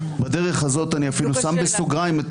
בדרך הזאת אני אפילו שם בסוגריים את